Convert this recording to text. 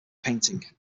painting